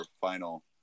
final